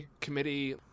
committee